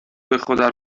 بخدا